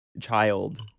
child